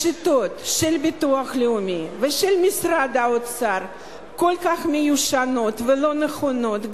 השיטות של הביטוח הלאומי ושל משרד האוצר כל כך מיושנות ולא נכונות,